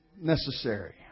necessary